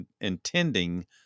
intending